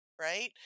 right